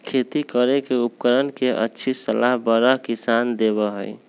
खेती करे के उपकरण के अच्छी सलाह बड़ा किसान देबा हई